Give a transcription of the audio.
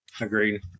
Agreed